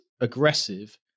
aggressive